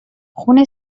خون